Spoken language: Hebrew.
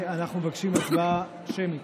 אנחנו מבקשים הצבעה שמית.